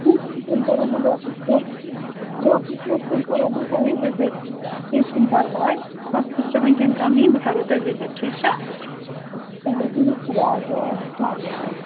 ٹھیٖک چھُ تیٚلہِ کَرہو بہٕ ڈاکٹر صٲب ڈاکٹر صٲب تیٚلہِ کَرہو بہٕ تۄہہِ وِزِٹ کیٚنٛہہ چھُنہٕ پَرواے وقتَس چھِ وُنکٮ۪ن کَمٕے بہٕ کَرہو تۄہہِ وِزِٹ ٹھیٖک چھا چلو بِہِو خۄدایَس حَوال سلام علیکُم